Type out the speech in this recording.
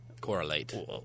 correlate